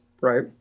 Right